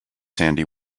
sandy